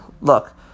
look